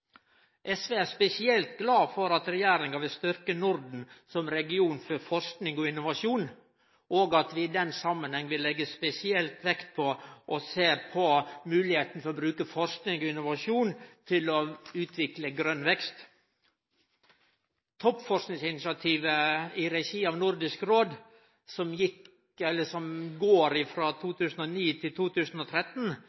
SV er spesielt glad for at regjeringa vil styrkje Norden som region for forsking og innovasjon, og at ein i den samanhengen vil leggje spesielt vekt på moglegheita for å bruke forsking og innovasjon til å utvikle grøn vekst. Toppforskingsinitiativet i regi av Nordisk Råd, som